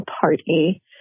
party